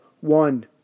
one